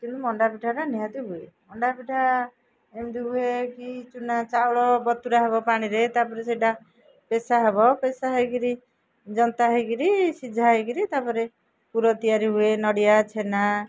କିନ୍ତୁ ମଣ୍ଡା ପିଠାଟା ନିହାତି ହୁଏ ମଣ୍ଡା ପିଠା ଏମିତି ହୁଏ କି ଚୁନା ଚାଉଳ ବତୁରା ହବ ପାଣିରେ ତାପରେ ସେଇଟା ପେଷା ହବ ପେଶା ହେଇକିରି ଜନ୍ତା ହେଇକିରି ସିଝା ହେଇକିରି ତାପରେ ପୁର ତିଆରି ହୁଏ ନଡ଼ିଆ ଛେନା